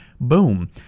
boom